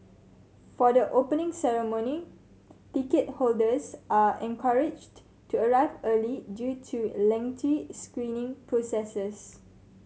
for the Opening Ceremony ticket holders are encouraged to arrive early due to lengthy screening processes